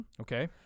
Okay